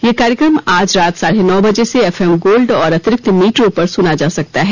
यह कार्यक्रम आज रात साढ़े नौ बजे से एफ एम गोल्ड और अतिरिक्त मीटरों पर सुना जा सकता है